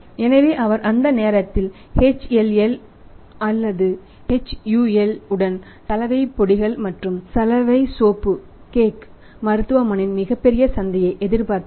எனவே அவர் அந்த நேரத்தில் HLL or HUL உடன் சலவை பொடிகள் மற்றும் சலவை சோப்பு கேக் மருத்துவமனையின் மிகப்பெரிய சந்தைப் எதிர்பார்த்தது